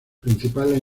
principales